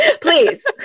please